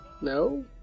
no